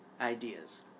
ideas